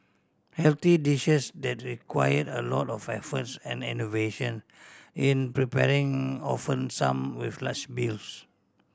healthy dishes that required a lot of efforts and innovation in preparing often some with large bills